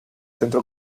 centro